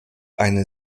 eine